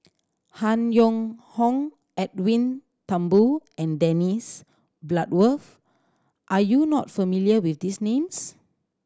Han Yong Hong Edwin Thumboo and Dennis Bloodworth are you not familiar with these names